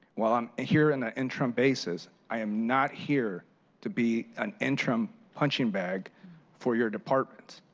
while i'm here in ah in trump basis, i'm not here to be an interim punching bag for your department.